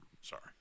sorry